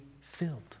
filled